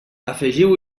afegiu